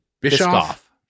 Bischoff